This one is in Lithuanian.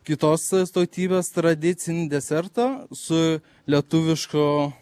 kitos tautybės tradicinį desertą su lietuviško